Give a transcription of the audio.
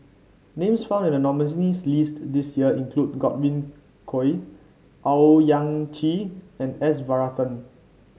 names found in the nominees list this year include Godwin Koay Owyang Chi and S Varathan